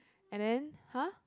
and then !huh!